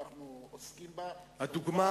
כל כך מעוות, כל כך חריג בדברי ימי הכנסת, בעולם